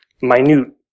minute